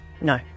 no